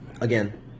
again